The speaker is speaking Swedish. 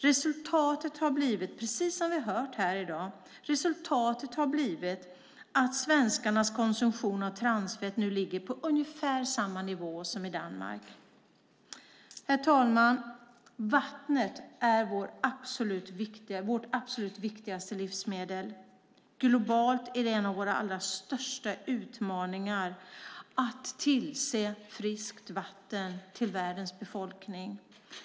Resultatet har blivit, precis som vi har hört här i dag, att svenskarnas konsumtion av transfett nu ligger på ungefär samma nivå som i Danmark. Herr talman! Vattnet är vårt absolut viktigaste livsmedel. Globalt är det en av våra allra största utmaningar att tillse att världens befolkning har friskt vatten.